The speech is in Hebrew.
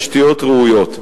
תשתיות ראויות.